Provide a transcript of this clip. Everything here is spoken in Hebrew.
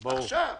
עכשיו.